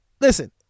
listen